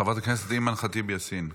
חברת הכנסת אימאן ח'טיב יאסין.